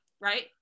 Right